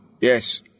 Yes